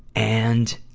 and